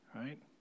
right